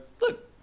look